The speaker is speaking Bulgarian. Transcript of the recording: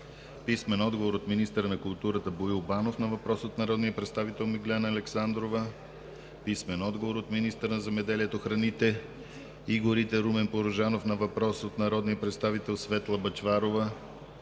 Попов; - министъра на културата Боил Банов на въпрос от народния представител Миглена Александрова; - министъра на земеделието, храните и горите Румен Порожанов на въпрос от народния представител Светла Бъчварова;